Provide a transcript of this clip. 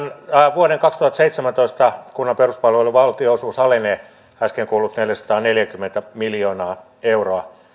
vuoden kaksituhattaseitsemäntoista kunnan peruspalveluiden valtionosuus alenee äsken kuullut neljäsataaneljäkymmentä miljoonaa euroa